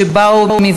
נתקבלה.